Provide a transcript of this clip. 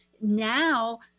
now